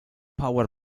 power